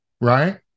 right